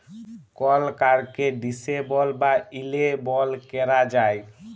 call কাড়কে disable বা enable ক্যরা যায়